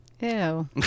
Ew